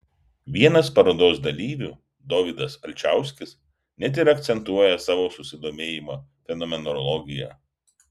vienas parodos dalyvių dovydas alčauskis net ir akcentuoja savo susidomėjimą fenomenologija